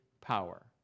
power